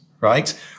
right